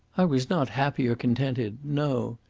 i was not happy or contented no,